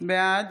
בעד